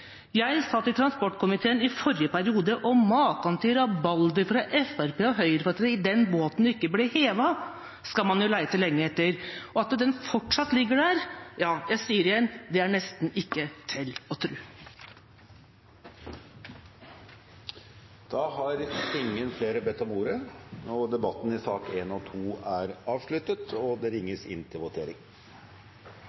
Jeg satt i transportkomiteen i forrige periode, og maken til rabalder fra Fremskrittspartiet og Høyre om at den båten ikke ble hevet, skal man lete lenge etter. At den fortsatt ligger der – ja, jeg sier det igjen – er nesten ikke til å tro. Flere har ikke bedt om ordet til sakene nr. 1 og 2. Etter at det var ringt til votering, uttalte Da er